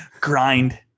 grind